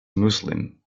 muslim